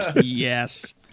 Yes